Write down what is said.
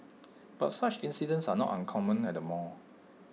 but such incidents are not uncommon at the mall